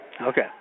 Okay